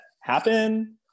happen